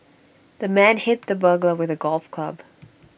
the man hit the burglar with A golf club